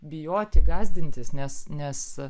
bijoti gąsdintis nes nes